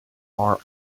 are